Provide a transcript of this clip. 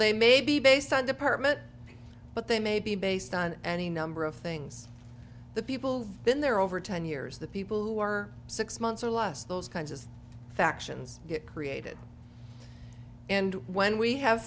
they may be based on department but they may be based on any number of things the people who've been there over ten years the people who are six months or less those kinds of factions get created and when we have